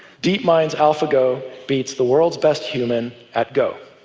deepmind's alphago beats the world's best human at go,